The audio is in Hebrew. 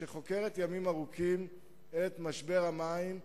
שחוקרת ימים ארוכים את משבר המים,